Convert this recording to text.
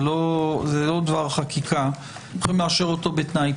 זה לא דבר חקיקה ואנחנו הולכים לאשר אותו בתנאי.